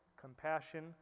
compassion